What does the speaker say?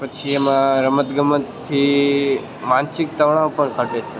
પછી એમાં રમતગમતથી માનસિક તણાવ પણ ઘટે છે